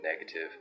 negative